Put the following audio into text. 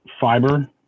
fiber